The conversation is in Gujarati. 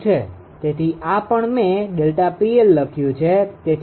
તેથી આ પણ મે ΔPL લખ્યું છે